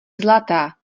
zlatá